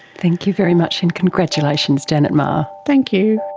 thank you very much, and congratulations janet meagher. thank you.